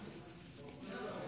החברה